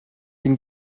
une